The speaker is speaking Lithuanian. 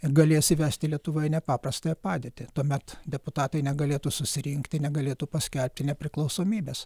ir galės įvesti lietuvoj nepaprastąją padėtį tuomet deputatai negalėtų susirinkti negalėtų paskelbti nepriklausomybės